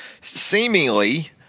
seemingly